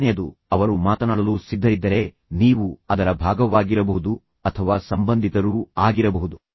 ಎರಡನೆಯದು ಅವರು ಮಾತನಾಡಲು ಸಿದ್ಧರಿದ್ದರೆ ನೀವು ಅದರ ಭಾಗವಾಗಿರಬಹುದು ಅಥವಾ ಸಂಬಂಧಿತರೂ ಆಗಿರಬಹುದು